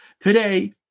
today